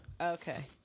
Okay